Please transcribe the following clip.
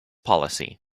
policy